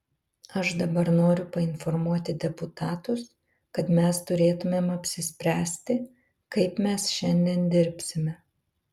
aš dabar noriu painformuoti deputatus kad mes turėtumėm apsispręsti kaip mes šiandien dirbsime